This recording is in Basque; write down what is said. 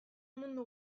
mundu